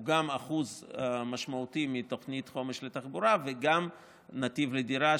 הוא גם שיעור משמעותי מתוכנית החומש לתחבורה וגם "נתיב לדירה",